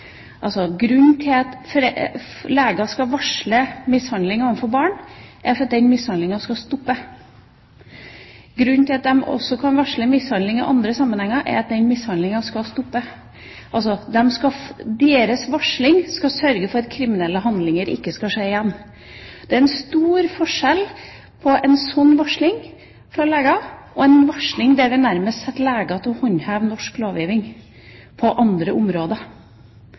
Altså: Grunnen til at leger skal varsle om mishandling av barn, er at mishandlingen skal stoppe. Grunnen til at de også kan varsle om mishandling i andre sammenhenger, er at den mishandlingen skal stoppe. Deres varsling skal sørge for at kriminelle handlinger ikke skal skje igjen. Det er en stor forskjell på en sånn varsling fra leger og en varsling der vi nærmest setter legene til å håndheve norsk lovgivning på andre områder.